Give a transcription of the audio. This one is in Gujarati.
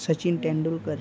સચિન તેંડુલકર